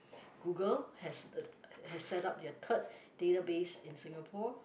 Google has the has setup their third database in Singapore